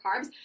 carbs